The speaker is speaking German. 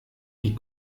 die